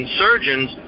surgeons